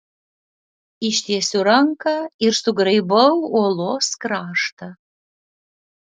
ištiesiu ranką ir sugraibau uolos kraštą